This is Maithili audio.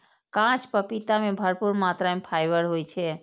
कांच पपीता मे भरपूर मात्रा मे फाइबर होइ छै